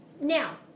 Now